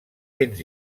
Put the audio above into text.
cents